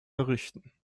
errichten